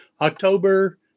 October